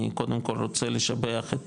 אני קודם כל רוצה לשבח את